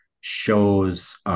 shows –